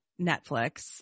Netflix